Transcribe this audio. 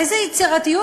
איזו יצירתיות,